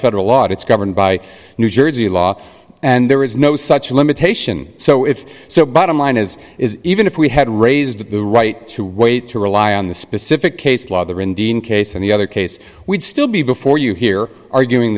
federal law it's governed by new jersey law and there is no such limitation so if so bottom line is is even if we had raised with the right to wait to rely on the specific case law the indian case and the other case we'd still be before you here arguing